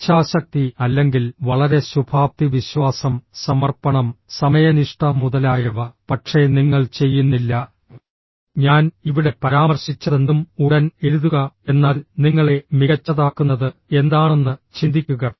ഇച്ഛാശക്തി അല്ലെങ്കിൽ വളരെ ശുഭാപ്തിവിശ്വാസം സമർപ്പണം സമയനിഷ്ഠ മുതലായവ പക്ഷേ നിങ്ങൾ ചെയ്യുന്നില്ല ഞാൻ ഇവിടെ പരാമർശിച്ചതെന്തും ഉടൻ എഴുതുക എന്നാൽ നിങ്ങളെ മികച്ചതാക്കുന്നത് എന്താണെന്ന് ചിന്തിക്കുക